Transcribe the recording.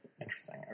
Interesting